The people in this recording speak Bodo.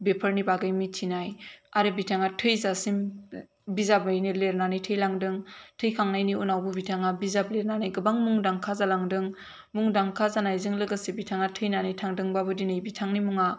बेफोरनि बागै मिथिनाय आरो बिथाङा थैजासिम बिजाबैनो लिरनानै थैलांदों थैखांनायनि उनावबो बिथाङा बिजाब लिरनानै गोबां मुंदांखा जालांदों मुंदांखा जानायजों लोगोसे बिथाङा थैनानै थांदोंबाबो दिनै बिथांनि मुङा